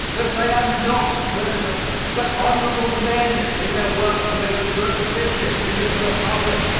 that they are not criminals but honorable men in their work to make good business in this republic.